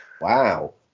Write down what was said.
Wow